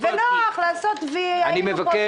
נוח לעשות "וי": היינו פה,